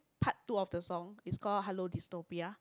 part two of the song is called Hello Dystopia